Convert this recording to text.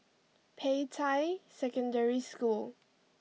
Peicai Secondary School